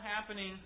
happening